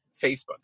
facebook